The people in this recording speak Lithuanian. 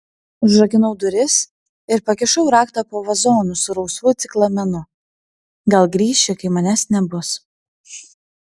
užrakinau duris ir pakišau raktą po vazonu su rausvu ciklamenu gal grįši kai manęs nebus